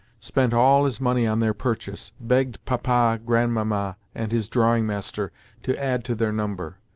spent all his money on their purchase, begged papa, grandmamma, and his drawing master to add to their number,